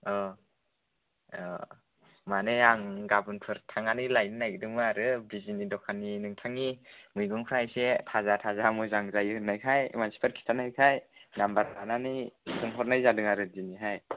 अ अ माने आं गाबोनफोर थांनानै लायनो नागिरदोंमोन आरो बिजनि दखाननि नोंथांनि मैगंफोरा एसे थाजा थाजा मोजां जायो होननायखाय मानसिफोर खिन्थानायखाय नामबार लानानै सोंहरनाय जादों आरो दिनैहाय